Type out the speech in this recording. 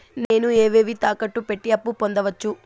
నేను ఏవేవి తాకట్టు పెట్టి అప్పు పొందవచ్చు?